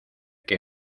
que